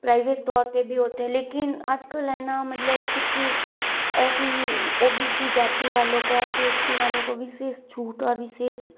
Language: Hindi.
प्राइवेट तौर पे भी होते हैं लेकिन आजकल है ना मतलब कुछ ऐसी ओ बी सी जाति वालों को एस सी एस टी वालों को विशेष छूट और विशेष